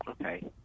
Okay